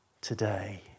today